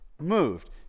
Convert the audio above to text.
moved